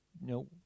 no